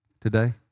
today